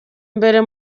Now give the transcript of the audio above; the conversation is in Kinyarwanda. mbere